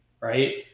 right